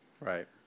Right